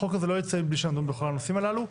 החוק הזה לא יצא בלי שנדון בכל הנושאים הללו.